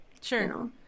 sure